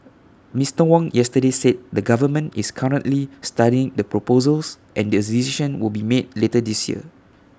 Mister Wong yesterday said the government is currently studying the proposals and decision will be made later this year